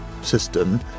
system